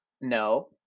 No